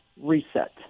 reset